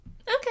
okay